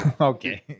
Okay